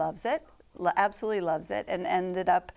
loves it absolutely loves it and it up